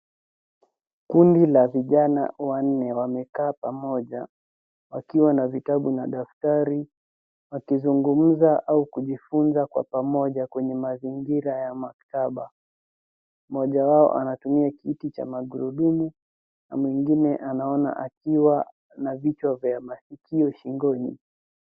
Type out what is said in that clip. Kundi la vijana wanne wamekaa pamoja wakiwa na vitabu na daftari wakizungumza au kujifunza kwa pamoja kwenye mazingira ya maktaba. Mmoja wao anatumia kiti cha magurudumu na mwingine anaona akiwa na vichwa vya kuskia